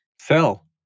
sell